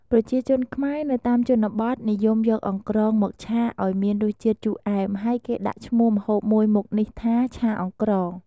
ប្រជាជនខ្មែរនៅតាមជនបទនិយមយកអង្រ្កងមកឆា ឱ្យមានរសជាតិជូរអែម ហើយគេដាក់ឈ្មោះម្ហូបមួយមុខនេះថា ឆាអង្រ្កង។